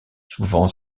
souvent